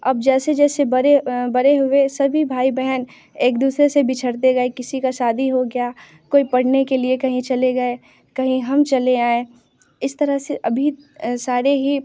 अब जैसे जैसे बड़े बड़े हुए सभी भाई बहन एक दूसरे से बिछड़ते गए किसी की शादी हो गई कोई पढ़ने के लिए कहीं चले गए कहीं हम चले आए इस तरह से अभी सारे ही